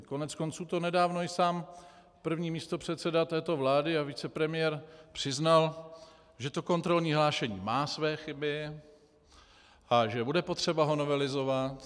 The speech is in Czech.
Koneckonců to nedávno i sám první místopředseda této vlády a vicepremiér přiznal, že kontrolní hlášení má své chyby a že bude potřeba ho novelizovat.